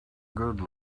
good